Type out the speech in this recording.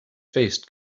faced